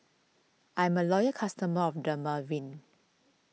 I'm a loyal customer of Dermaveen